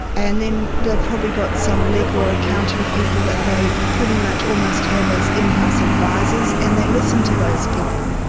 and then they've probably got some legal or accounting people that they pretty much almost have as in-house advisers, and they listen to those people.